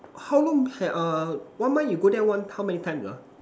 how long had err one month you go there one how many times ah